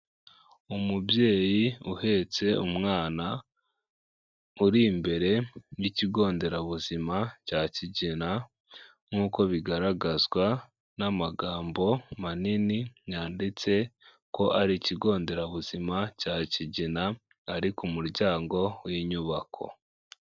Umubyeyi uhetse umwana, uri imbere y'ikigo nderabuzima cya Kigina, nk'uko bigaragazwa n'amagambo manini, yanditse ko ari ikigo nderabuzima cya Kigina, ari ku muryango w'inyubako.